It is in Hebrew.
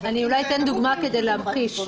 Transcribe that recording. אני אולי אתן דוגמה כדי להמחיש.